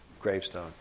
gravestone